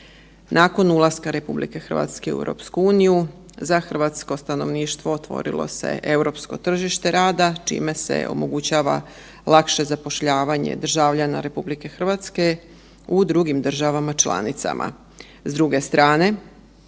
Nakon ulaska RH u EU-u, za hrvatsko stanovništvo otvorilo se europsko tržište rada, čime se omogućava lakše zapošljavanje državljana RH u drugim državama članicama.